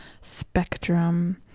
spectrum